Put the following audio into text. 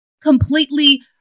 completely